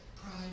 pride